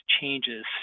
changes